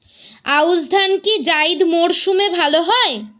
আউশ ধান কি জায়িদ মরসুমে ভালো হয়?